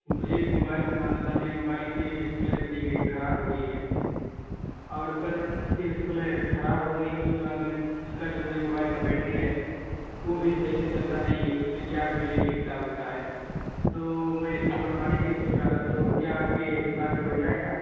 مجھے ایک موبائل بنوانا تھا میرے موبائل کی ڈسپلے چلی گئی کھراب ہو گئی ہے اور سر اس کی ڈسپلے خراب ہو گئی ہے اس کے بعد میں اس کا جو میرے موبائل کا بیٹری ہے وہ بھی صحیح سے چلتا نہیں ہے اس میں چارج بھی نہیں ٹکتا اکتا ہے تو میں اس کو بنوانے کے لیے سوچ رہا تھا تو کیا آپ کے دکان پہ بن جائے گا